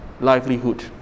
livelihood